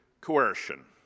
coercion